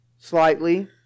slightly